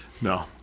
No